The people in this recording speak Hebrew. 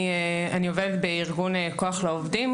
אני עובדת בארגון כוח לעובדים,